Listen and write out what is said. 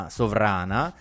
sovrana